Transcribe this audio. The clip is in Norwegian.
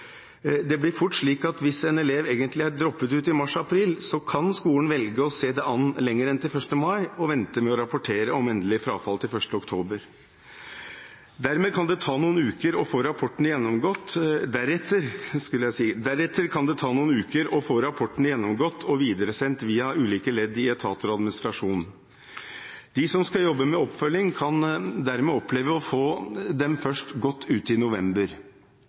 Det blir fort slik at hvis en elev egentlig er droppet ut i mars–april, så kan skolen velge å se det an lenger enn til 1. mai og vente med å rapportere om endelig frafall til 1. oktober. Deretter kan det ta noen uker å få rapportene gjennomgått og videresendt via ulike ledd i etater og administrasjon. De som skal jobbe med oppfølging, kan dermed oppleve å få dem først godt ut i november.